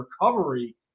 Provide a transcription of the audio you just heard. recovery